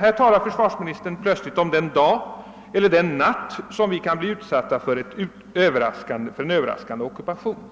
Här talar försvarsministern plötsligt om den dag eller natt då vi kan bli utsatta för en överraskande ockupation som